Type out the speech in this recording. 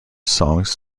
songs